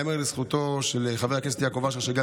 ייאמר לזכותו של חבר הכנסת יעקב אשר שגם